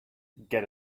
get